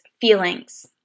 feelings